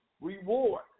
reward